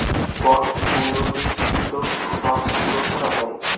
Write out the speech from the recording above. বন্ডগুলো নিশ্চিত সব সুরক্ষা দেয়